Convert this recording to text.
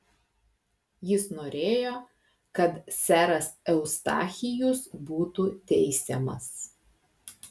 jis norėjo kad seras eustachijus būtų teisiamas